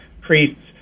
priests